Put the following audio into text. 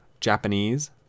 Japanese